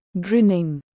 grinning